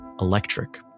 electric